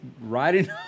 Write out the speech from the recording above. riding